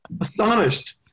astonished